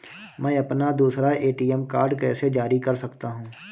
मैं अपना दूसरा ए.टी.एम कार्ड कैसे जारी कर सकता हूँ?